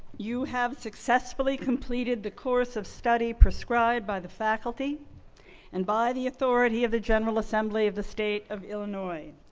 you have successfully completed the course of study prescribed by the faculty and by the authority of the general assembly of the state of illinois,